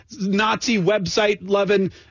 Nazi-website-loving